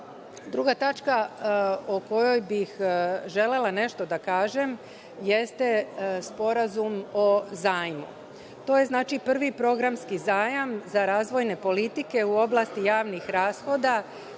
tačka o kojoj bih želela nešto da kažem, jeste Sporazum o zajmu. To je prvi programski zajam za razvojne politike u oblasti javnih rashoda